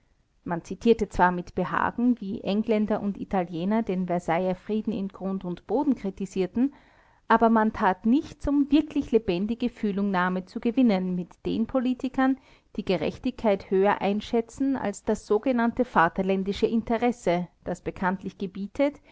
man zitierte zwar mit behagen wie engländer und italiener den versailler frieden in grund und boden kritisierten aber man tat nichts um wirklich lebendige fühlungnahme zu gewinnen mit den politikern die gerechtigkeit höher einschätzen als das sogenannte vaterländische interesse das bekanntlich gebietet